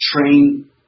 train